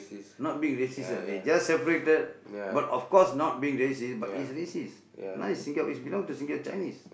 not being racist lah they just separated but of course not being racist but it's racist now is Sing~ is become to Singa~ Chinese